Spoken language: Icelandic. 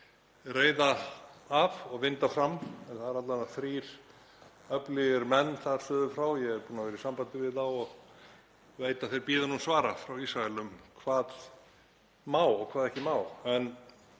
reiða af og vinda fram, en það eru alla vega þrír öflugir menn þar suður frá. Ég er búinn að vera í sambandi við þá og veit að þeir bíða nú svara frá Ísraelum um hvað má og hvað má